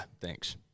Thanks